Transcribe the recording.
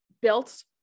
built